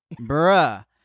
Bruh